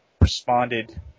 responded